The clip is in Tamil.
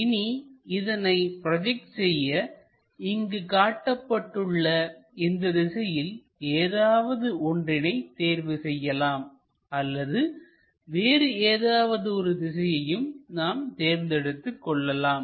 இனி இதனை ப்ரோஜெக்ட் செய்ய இங்கு காட்டப்பட்டுள்ள இந்த திசைகளில் ஏதாவது ஒன்றினை தேர்வு செய்யலாம் அல்லது வேறு ஏதாவது ஒரு திசையையும் நாம் தேர்ந்தெடுத்துக் கொள்ளலாம்